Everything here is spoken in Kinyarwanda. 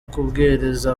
kubwiriza